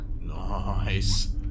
Nice